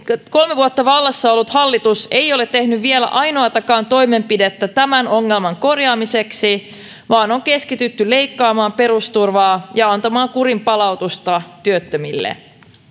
kolme vuotta vallassa ollut hallitus ei ole tehnyt vielä ainoatakaan toimenpidettä tämän ongelman korjaamiseksi vaan on keskitytty leikkaaman perusturvaa ja antamaan kurinpalautusta työttömille